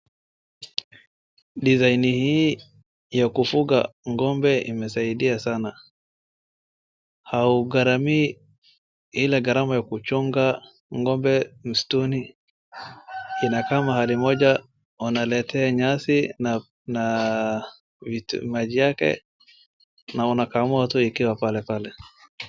Design hii ya kufuga ng'ömbe imesaidia sana, haugharamii ile gharama ya kuchunga ng'ombe msituni, inakaa mahali moja wanaletea nyasi na maji yake na unakamua tu ikiwa pale pale.